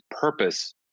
purpose